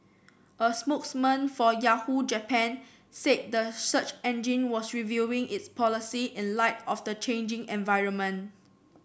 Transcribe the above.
a spokesman for Yahoo Japan said the search engine was reviewing its policy in light of the changing environment